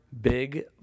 Big